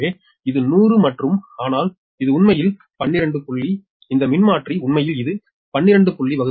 எனவே இது 100 மற்றும் ஆனால் இது உண்மையில் 12 புள்ளி இந்த மின்மாற்றி உண்மையில் இது 12